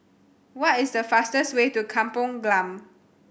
what is the fastest way to Kampung Glam